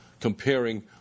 comparing